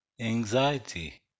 anxiety